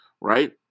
right